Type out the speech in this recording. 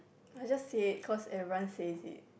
I just said because everyone says it